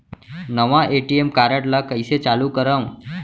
नवा ATM card ल कइसे चालू करव?